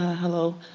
hello.